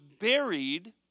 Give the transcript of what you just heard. buried